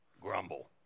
Grumble